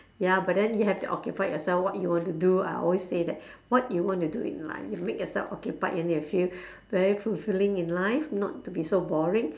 ya but then you have to occupied yourself what you want to do I always say that what you want to do in life you make yourself occupied and then you feel very fulfilling in life not to be so boring